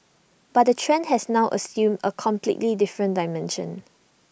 but the trend has now assumed A completely different dimension